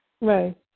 Right